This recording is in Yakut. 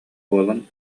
буолан